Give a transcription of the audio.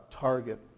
target